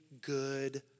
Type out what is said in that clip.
good